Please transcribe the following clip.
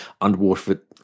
underwater